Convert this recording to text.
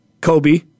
Kobe